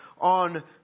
on